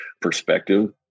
perspective